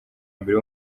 mbere